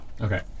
Okay